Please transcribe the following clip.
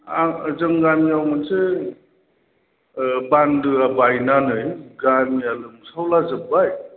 जोंनि गामियाव मोनसे बान्दोआ बायनानै गामिया लोमसावलाजोब्बाय